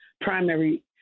primary